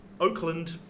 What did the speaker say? Oakland